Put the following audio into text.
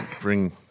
bring